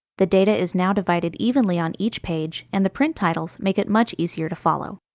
the data is now divided evenly on each page, and the print titles make it much easier to follow.